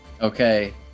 Okay